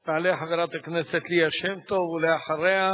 תעלה חברת הכנסת ליה שמטוב, ואחריה,